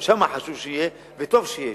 גם שם חשוב שיהיה וטוב שיש.